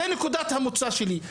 זה נקודת המוצא שלי.